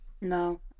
No